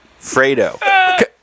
Fredo